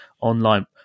online